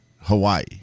Hawaii